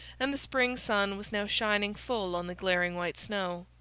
and the spring sun was now shining full on the glaring white snow.